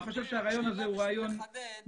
אני חושב שהרעיון הזה הוא רעיון מבורך,